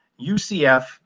UCF